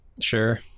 sure